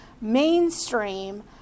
mainstream